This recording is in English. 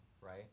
right